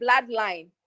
bloodline